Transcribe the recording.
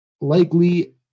likely